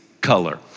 color